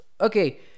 okay